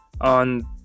on